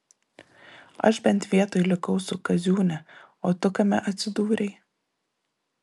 aš bent vietoj likau su kaziūne o tu kame atsidūrei